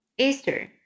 Easter